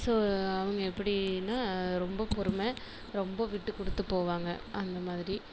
so அவங்க எப்படின்னா ரொம்ப பொறுமை ரொம்ப விட்டுகொடுத்து போவாங்க அந்த மாதிரி